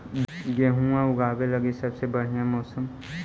गेहूँ ऊगवे लगी सबसे बढ़िया मौसम?